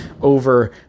over